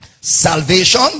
salvation